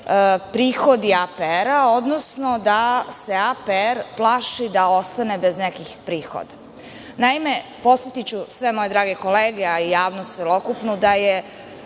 prihodi APR, odnosno da se APR plaši da ostane bez nekih prihoda. Naime, podsetiću sve moje drage kolege, a i javnost celokupnu da je